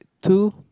two